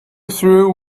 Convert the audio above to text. through